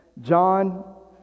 John